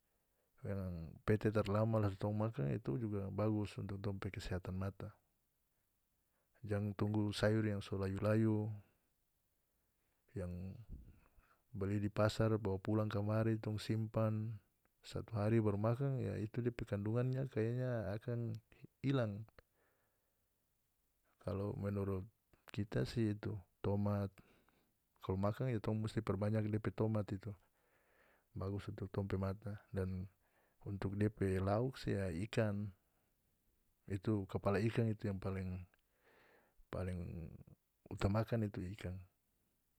Pete tar lama langsung tong makan itu juga bagus untuk tong pe kesehatan mata jang tunggu sayor yang so layu-layu yang beli di pasar bawa pulang kamari tong simpan satu hari baru makan ya itu depe kandungannya kaya akan ilang kalu menurut kita si itu tomat kalu makan ya torang musti perbanyak depe tomat tu bagus untuk tong pe mata dan untuk depe lauk ya ikan itu kapala ikan itu yang paling paling utamakan itu ikan.